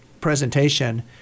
presentation